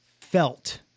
felt